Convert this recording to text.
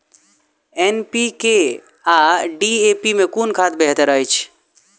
NPK आ DAP मे कुन खाद बेहतर अछि?